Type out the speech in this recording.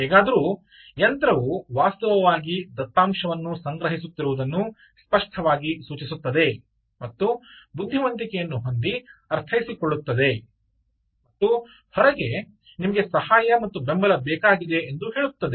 ಹೇಗಾದರೂ ಯಂತ್ರವು ವಾಸ್ತವವಾಗಿ ದತ್ತಾಂಶವನ್ನು ಸಂಗ್ರಹಿಸುತ್ತಿರುವುದನ್ನು ಸ್ಪಷ್ಟವಾಗಿ ಸೂಚಿಸುತ್ತದೆ ಮತ್ತು ಬುದ್ಧಿವಂತಿಕೆಯನ್ನು ಹೊಂದಿ ಅರ್ಥೈಸಿಕೊಳ್ಳುತ್ತದೆ ಮತ್ತು ಹೊರಗೆ ನಿಮಗೆ ಸಹಾಯ ಮತ್ತು ಬೆಂಬಲ ಬೇಕಾಗಿದೆ ಎಂದು ಹೇಳುತ್ತದೆ